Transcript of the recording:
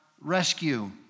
rescue